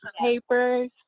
papers